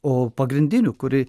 o pagrindinių kuri